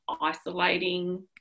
isolating